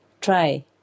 try